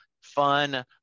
fun